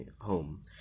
home